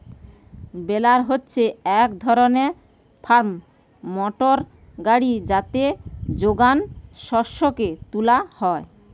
বেলার হচ্ছে এক ধরণের ফার্ম মোটর গাড়ি যাতে যোগান শস্যকে তুলা হয়